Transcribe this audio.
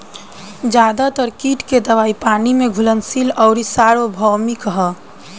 ज्यादातर कीट के दवाई पानी में घुलनशील आउर सार्वभौमिक ह?